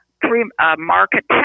pre-market